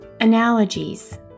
analogies